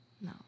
No